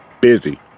busy